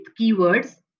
keywords